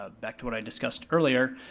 ah back to what i discussed earlier,